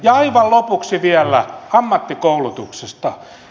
ja aivan lopuksi vielä ammattikoulutuksesta